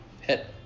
Hit